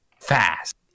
fast